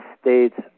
States